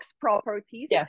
properties